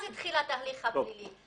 אז התחיל התהליך הפלילי.